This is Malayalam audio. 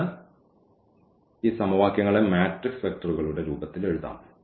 അതിനാൽ ഈ സമവാക്യങ്ങളെ മാട്രിക്സ് വെക്ടറുകളുടെ രൂപത്തിൽ എഴുതാം